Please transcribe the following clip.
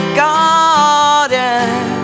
garden